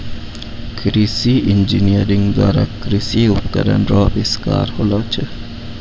कृषि इंजीनियरिंग द्वारा कृषि उपकरण रो अविष्कार होलो छै